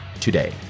today